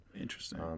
Interesting